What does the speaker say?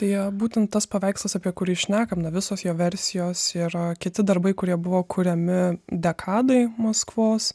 tai jie būtent tas paveikslas apie kurį šnekam nu visos jo versijos yra kiti darbai kurie buvo kuriami dekadai maskvos